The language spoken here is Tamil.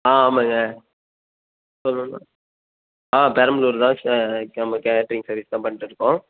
ஆ ஆமாங்க சொல்லுங்க் ஆ பெரம்பலூர் தான் ச நம்ம கேட்ரிங் சர்வீஸ் தான் பண்ணிட்டுருக்கோம்